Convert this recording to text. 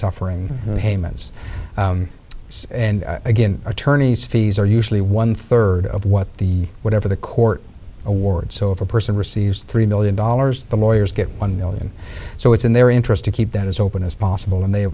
suffering payments and again attorneys fees are usually one third of what the whatever the court awards so if a person receives three million dollars the lawyers get one million so it's in their interest to keep that as open as possible and they